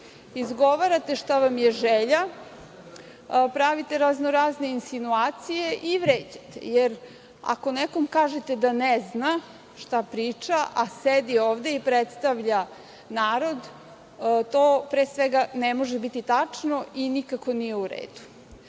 Izgovarate šta vam je želja, pravite raznorazne insinuacije i vređate, jer ako nekom kažete da ne zna šta priča, a sedi ovde i predstavlja narod, to pre svega ne može biti tačno i nikako nije u redu. Ja